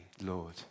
Lord